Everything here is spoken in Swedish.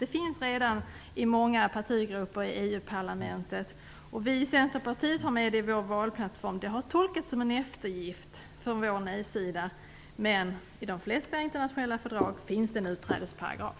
Det finns redan i många partigrupper i EU-parlamentet. Vi i Centerpartiet har med det i vår valplattform. Det har tolkats som en eftergift för vår nej-sida, men i de flesta internationella fördrag finns det en utträdesparagraf.